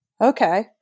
Okay